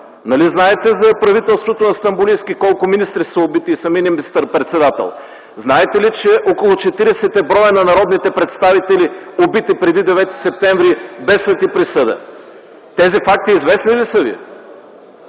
Нали знаете за правителството на Стамболийски – колко министри са убити и самият министър-председател? Знаете ли, че около 40 е броят на народните представители убити преди 9 септември, без съд и присъда. Тези факти известни ли са ви?